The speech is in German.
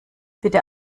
bitte